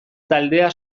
taldea